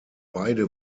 beide